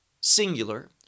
singular